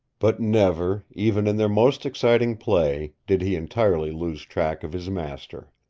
but never, even in their most exciting play, did he entirely lose track of his master.